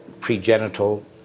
pre-genital